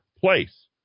place